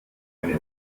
eine